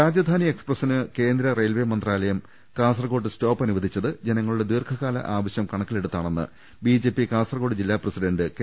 രാജധാനി എക്സ്പ്രസിന് കേന്ദ്ര റെയിൽവെ മന്ത്രാലയം കാസർകോട്ട് സ്റ്റോപ്പ് അനുവദിച്ചത് ജനങ്ങളുടെ ദീർഘകാല ആവശ്യം കണക്കിലെടുത്താണെന്ന് ബിജെപി കാസർകോട് ജില്ലാ പ്രസിഡന്റ് കെ